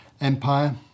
empire